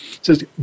says